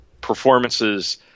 performances